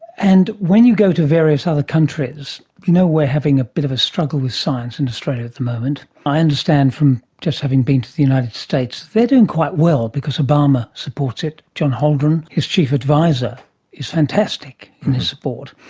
and when you go to various other countries, you know we are having a bit of a struggle with science in australia at the moment, i understand from just having been to the united states they are doing quite well because obama supports it, john holdren his chief adviser is fantastic in his support.